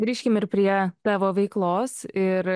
grįžkim ir prie tavo veiklos ir